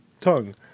tongue